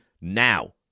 now